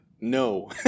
No